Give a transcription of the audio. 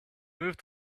moved